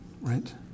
right